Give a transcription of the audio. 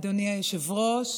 אדוני היושב-ראש,